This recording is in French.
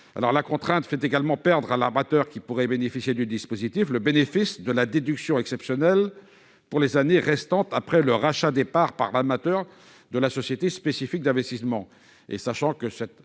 La contrainte fait également perdre à l'armateur qui pourrait bénéficier du dispositif le bénéfice de la déduction exceptionnelle pour les années restantes après le rachat des parts par l'amateur de la société spécifique d'investissement,